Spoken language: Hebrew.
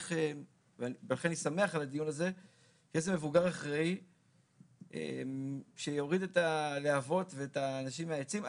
צריך מבוגר אחראי שיוריד את הלהבות ואת האנשים מהעצים.